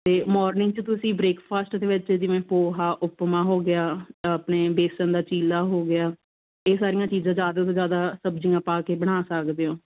ਅਤੇ ਮੋਰਨਿੰਗ 'ਚ ਤੁਸੀਂ ਬ੍ਰੇਕਫਾਸਟ ਦੇ ਵਿੱਚ ਜਿਵੇਂ ਪੋਹਾ ਉਪਮਾ ਹੋ ਗਿਆ ਆਪਣੇ ਬੇਸਣ ਦਾ ਚਿੱਲਾ ਹੋ ਗਿਆ ਇਹ ਸਾਰੀਆਂ ਚੀਜ਼ਾਂ ਜ਼ਿਆਦਾ ਤੋਂ ਜ਼ਿਆਦਾ ਸਬਜ਼ੀਆਂ ਪਾ ਕੇ ਬਣਾ ਸਕਦੇ ਓਂ